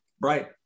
Right